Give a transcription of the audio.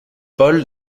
paul